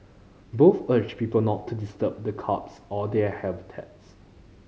both urged people not to disturb the crabs or their habitats